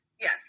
Yes